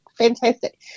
fantastic